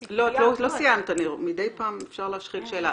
לא, את לא סיימת, מדי פעם אפשר להשחיל שאלה.